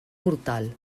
portal